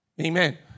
Amen